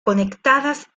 conectadas